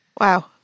Wow